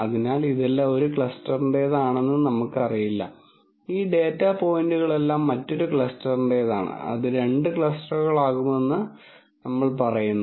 അതിനാൽ ഇതെല്ലാം ഒരു ക്ലസ്റ്ററിന്റേതാണെന്ന് നമുക്കറിയില്ല ഈ ഡാറ്റ പോയിന്റുകളെല്ലാം മറ്റൊരു ക്ലസ്റ്ററിന്റേതാണ് അത് രണ്ട് ക്ലസ്റ്ററുകളാകുമെന്ന് നമ്മൾ പറയുന്നു